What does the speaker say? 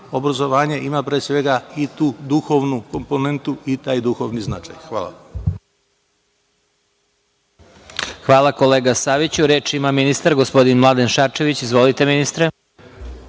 obrazovanje ima pre svega i tu duhovnu komponentu i taj duhovni značaj. Hvala. **Vladimir Marinković** Hvala, kolega Saviću. Reč ima ministar gospodin Mladen Šarčević. Izvolite, ministre.